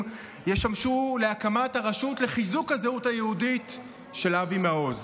ישמשו להקמת הרשות לחיזוק הזהות היהודית של אבי מעוז.